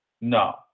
No